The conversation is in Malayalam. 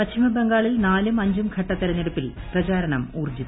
പശ്ചിമബംഗാളിൽ നാലും അഞ്ചും ഘട്ട തെരഞ്ഞെടുപ്പിൽ പ്രചാരണം ഊർജിതം